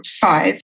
five